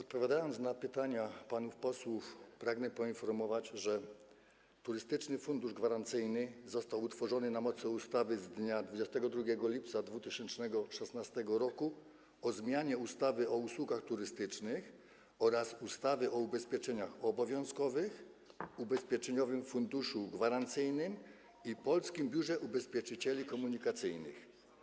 Odpowiadając na pytania panów posłów, pragnę poinformować, że Turystyczny Fundusz Gwarancyjny został utworzony na mocy ustawy z dnia 22 lipca 2016 r. o zmianie ustawy o usługach turystycznych oraz ustawy o ubezpieczeniach obowiązkowych, Ubezpieczeniowym Funduszu Gwarancyjnym i Polskim Biurze Ubezpieczycieli Komunikacyjnych.